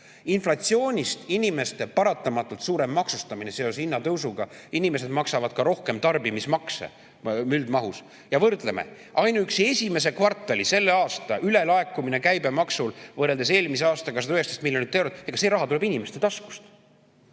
Inflatsioonist [tuleneb] inimeste paratamatult suurem maksustamine seoses hinnatõusuga, inimesed maksavad ka rohkem tarbimismakse üldmahus. Ja võrdleme: ainuüksi esimese kvartali selle aasta ülelaekumine käibemaksul võrreldes eelmise aastaga oli 119 miljonit eurot, see raha tuleb inimeste taskust.